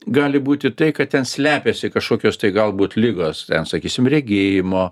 gali būti tai kad ten slepiasi kažkokios tai galbūt ligos sakysim regėjimo